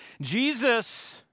Jesus